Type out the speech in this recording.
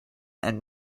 and